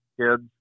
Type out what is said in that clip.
kids